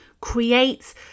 creates